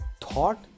thought